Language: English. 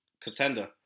contender